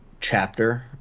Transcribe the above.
chapter